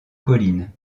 colline